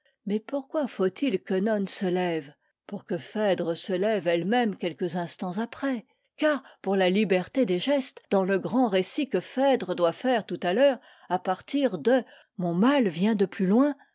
mais pourquoi faut-il qu'œnone se lève pour que phèdre se lève elle-même quelques instants après car pour la liberté des gestes dans le grand récit que phèdre doit faire tout à l'heure à partir de mon mal vient de plus loin